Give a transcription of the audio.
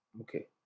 Okay